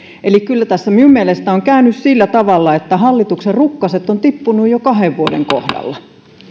eli kyllä tässä minun mielestäni on käynyt sillä tavalla että hallituksen rukkaset ovat tippuneet jo kahden vuoden kohdalla